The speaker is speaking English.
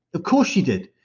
of course she did.